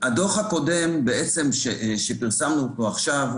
הדוח הקודם שפרסמנו אותו עכשיו,